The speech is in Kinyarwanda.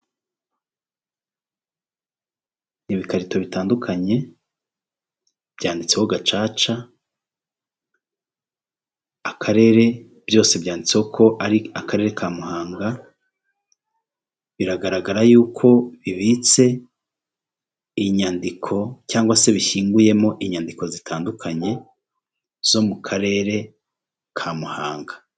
Ibikarito bitandukanye byanditseho gacaca akarere byose byanditse ko ari akarere ka Muhanga biragaragara yuko bibitse iyi nyandiko cyangwa se bishyinguyemo inyandiko zitandukanye zo mu karere ka Muhanga.